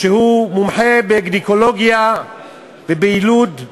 שהוא מומחה בגינקולוגיה וביילוד,